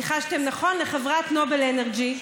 ניחשתם נכון, לחברת נובל אנרג'י,